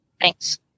Thanks